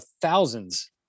thousands